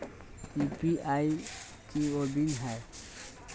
UPI की होबो है?